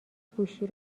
گوشی